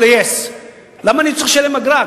או ל-yes, למה אני צריך לשלם אגרה?